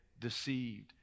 deceived